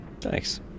Thanks